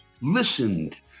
listened